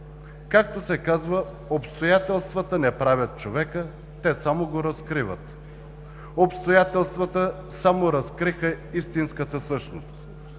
Както се казва: обстоятелствата не правят човека, те само го разкриват. Обстоятелствата само разкриха истинската същност.